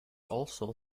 also